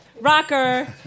Rocker